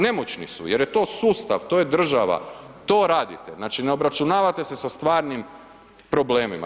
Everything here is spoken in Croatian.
Nemoćni su jer je to sustav, to je država, to radite, znači, ne obračunavate se sa stvarnim problemima.